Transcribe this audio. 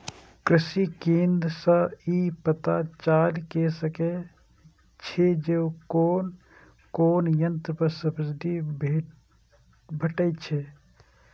कृषि केंद्र सं ई पता चलि सकै छै जे कोन कोन यंत्र पर सब्सिडी भेटै छै